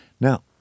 Now